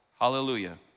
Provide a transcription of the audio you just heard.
Hallelujah